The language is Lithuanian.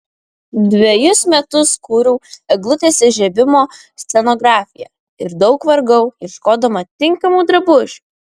dvejus metus kūriau eglutės įžiebimo scenografiją ir daug vargau ieškodama tinkamų drabužių